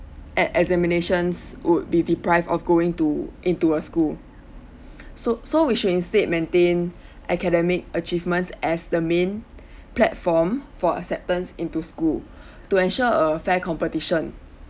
at examinations would be deprived of going to into a school so so we should instead maintain academic achievement as the main platform for acceptance into school to ensure a fair competition